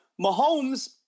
Mahomes